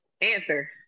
answer